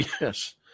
yes